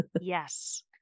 Yes